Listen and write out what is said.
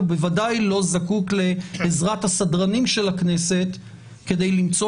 הוא בוודאי לא זקוק לעזרת הסדרנים של הכנסת כדי למצוא